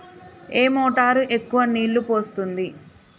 ఏ motor ఎక్కువ నీళ్లు పోస్తుంది?